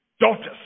daughters